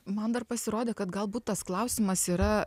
man dar pasirodė kad galbūt tas klausimas yra